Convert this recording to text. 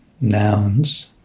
nouns